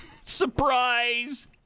Surprise